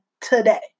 today